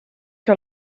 que